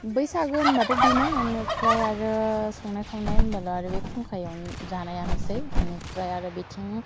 बैसागो होमबाथ' बेनो एनिफ्राय आरो संनाय खावनाय होनबोला आरो बे खुंखायाव जानायानोसै बिनिफ्राय आरो बेथिं